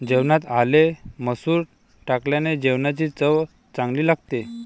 जेवणात आले मसूर टाकल्याने जेवणाची चव चांगली लागते